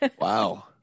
Wow